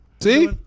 See